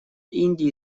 индии